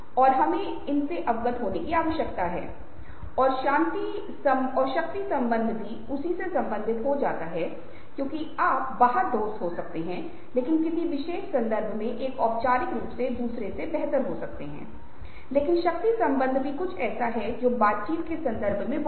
एक मुस्कुराहट के बजाय अधिक मुखविरूपता है और दूसरा जो घृणित है वह विषम है क्योंकि आप देखते हैं कि चेहरे का एक हिस्सा दूसरे भाग के बजाय अधिक तीव्रता से एक भाव दिखा रहा है जहां दूसरे भाग के बजाय